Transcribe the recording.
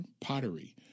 pottery